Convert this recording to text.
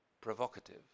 provocative